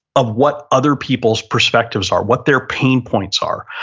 of what other people's perspectives are, what their pain points are,